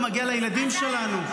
הוא מגיע לילדים שלנו.